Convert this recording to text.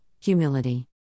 humility